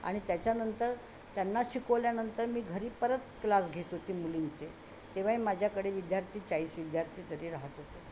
आणि त्याच्यानंतर त्यांना शिकवल्यानंतर मी घरी परत क्लास घेत होती मुलींचे तेव्हाही माझ्याकडे विद्यार्थी चाळीस विद्यार्थी तरी राहात होते